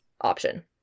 option